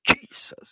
Jesus